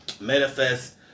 Manifest